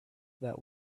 that